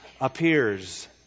appears